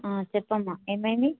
చెప్పమ్మా ఏమైంది